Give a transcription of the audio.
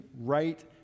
right